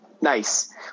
nice